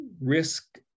risk